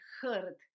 heard